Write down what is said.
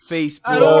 Facebook